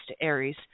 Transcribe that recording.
Aries